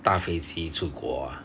搭飞机出国 ah